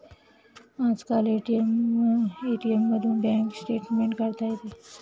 आजकाल ए.टी.एम मधूनही bank statement काढता येते